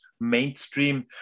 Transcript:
mainstream